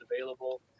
available